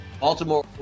Baltimore